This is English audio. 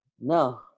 No